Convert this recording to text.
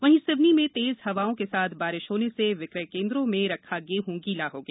वही सिवनी में तेज हवा के साथ बारिश होने से विक्रय केंद्रों में रखा गेहं गीला हो गया